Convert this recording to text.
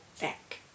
back